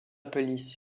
police